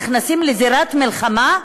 נכנסים לזירת מלחמה?